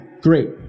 great